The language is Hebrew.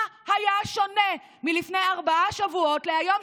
מה היה שונה לפני ארבעה שבועות להיום?